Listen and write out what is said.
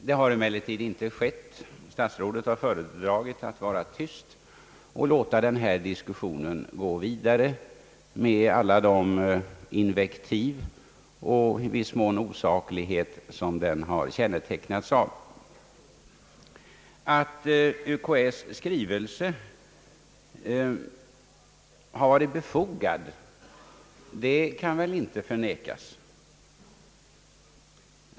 Så har emellertid inte skett; statsrådet har föredragit att tiga och låta diskussionen gå vidare med alla de invektiv och i viss mån osaklighet som den har kännetecknats av. Att UKAÄ:s skrivelse varit befogad kan väl inte förnekas.